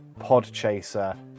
Podchaser